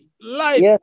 Life